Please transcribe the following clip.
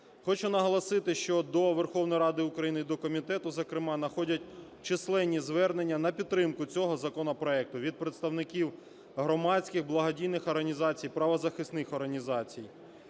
Хочу наголосити, що до Верховної Ради України, і до комітету зокрема, надходять численні звернення на підтримку цього законопроекту від представників громадських, благодійних організацій, правозахисних організацій.